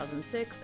2006